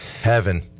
Heaven